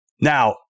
Now